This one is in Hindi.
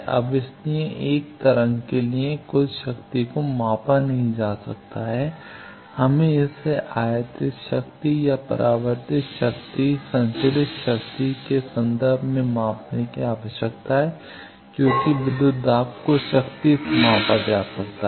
अब इसीलिए एक तरंग के लिए कुल शक्ति को नहीं मापा जा सकता है हमें इसे आयातित शक्ति या परावर्तित शक्ति संचरित शक्ति के संदर्भ में मापने की आवश्यकता है क्योंकि विद्युत दाब को शक्ति से मापा जाता है